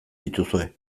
dituzue